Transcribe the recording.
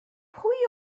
pwy